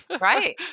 Right